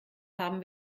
haben